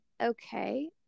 Okay